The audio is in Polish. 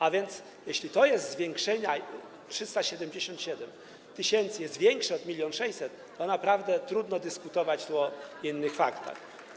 A więc jeśli to jest zwiększenie, 377 tys. jest większe od 1600 tys., to naprawdę trudno dyskutować tu o innych faktach.